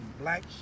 black